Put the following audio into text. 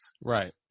Right